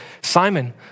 Simon